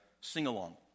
sing-along